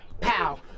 pow